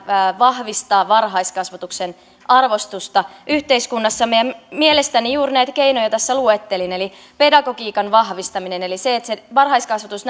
vahvistaa varhaiskasvatuksen arvostusta yhteiskunnassamme mielestäni juuri näitä keinoja tässä luettelin pedagogiikan vahvistaminen eli se se että varhaiskasvatus